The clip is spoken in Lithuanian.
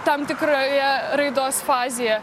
tam tikroje raidos fazėje